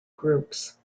groups